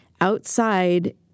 outside